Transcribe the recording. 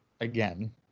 Again